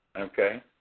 Okay